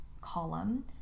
column